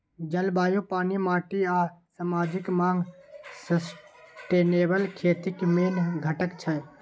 जलबायु, पानि, माटि आ समाजिक माँग सस्टेनेबल खेतीक मेन घटक छै